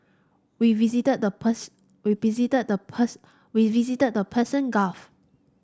we visited the we visited the we visited the Persian Gulf